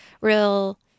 real